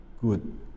good